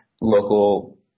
local